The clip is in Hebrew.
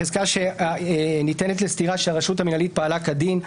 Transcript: החזקה שניתנת לסתירה שהרשות המנהלית פעלה כדין,